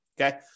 okay